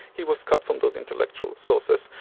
he was cut from those intellectual sources,